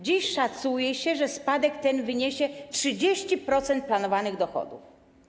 Dziś szacuje się, że spadek ten wyniesie 30% planowanych dochodów.